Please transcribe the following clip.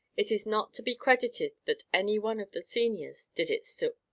it is not to be credited that any one of the seniors did it still